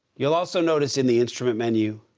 you'll also notice in the instrument menu,